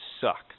suck